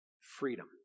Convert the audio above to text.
freedom